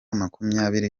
makumyabiri